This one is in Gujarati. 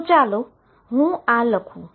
તો ચાલો હું આ લખું